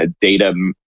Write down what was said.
data